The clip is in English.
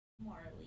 Marley